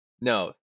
No